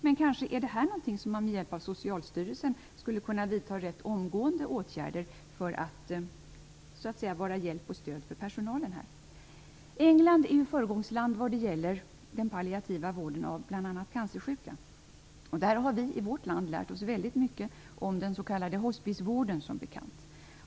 Men kanske är det här någonting där man med hjälp av Socialstyrelsen skulle kunna vidta rätt omgående åtgärder för att vara till stöd och hjälp för personalen. England är ju föregångsland vad gäller den palliativa vården av bl.a. cancersjuka. Där har vi i vårt land lärt oss väldigt mycket om den s.k. hospicevården.